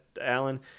Alan